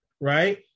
Right